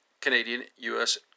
Canadian-U.S